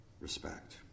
respect